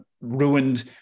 ruined